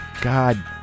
God